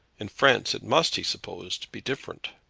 in france it must, he supposed, be different.